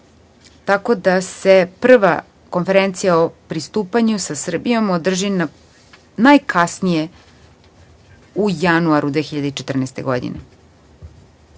tako da se prva konferencija o pristupanju sa Srbijom održi najkasnije u januaru 2014. godine.U